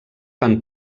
fan